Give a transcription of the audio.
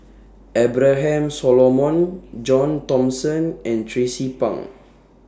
Abraham Solomon John Thomson and Tracie Pang